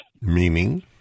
Meaning